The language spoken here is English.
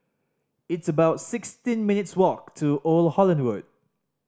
it's about sixteen minutes' walk to Old Holland Road